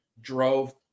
drove